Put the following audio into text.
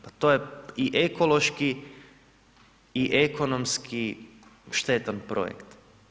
Pa to je i ekološki i ekonomski štetan projekt.